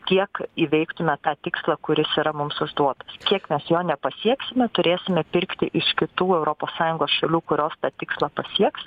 tiek įveiktume tą tikslą kuris yra mums užduot kiek mes jo nepasieksime turėsime pirkti iš kitų europos sąjungos šalių kurios tą tikslą pasieks